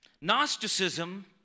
Gnosticism